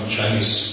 Chinese